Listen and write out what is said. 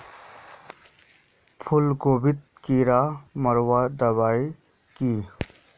फूलगोभीत कीड़ा मारवार दबाई की?